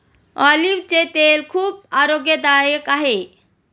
ऑलिव्हचे तेल खूप आरोग्यकारक आहे